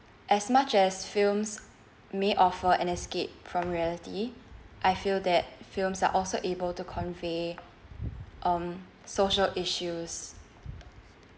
as much as films may offer an escape from reality I feel that films are also able to convey on social issues